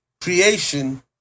creation